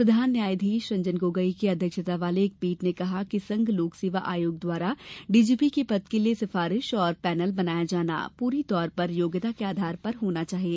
प्रधान न्यायाधीश रंजन गोगोई की अध्यक्षता वाली एक पीठ ने कहा कि संघ लोक सेवा आयोग द्वारा डीजीपी के पद के लिए सिफारिश और पैनल बनाया जाना पूरी तौर पर योग्यता के आधार पर होना चाहिए